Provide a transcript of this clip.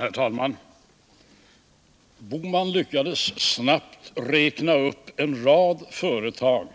Herr talman! Herr Bohman lyckades snabbt räkna upp en rad företag